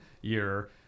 year